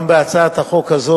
גם בהצעת החוק הזאת